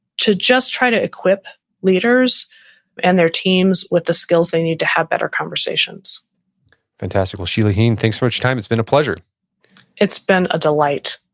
to just try to equip leaders and their teams with the skills they need to have better conversations fantastic. well, sheila heen, thanks for your time. it's been a pleasure it's been a delight.